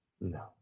No